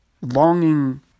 longing